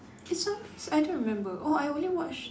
it sounds I don't remember oh I only watch